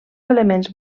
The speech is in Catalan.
elements